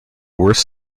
worst